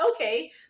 okay